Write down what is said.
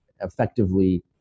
effectively